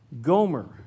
Gomer